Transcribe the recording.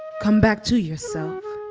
come back to yourself.